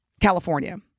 California